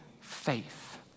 faith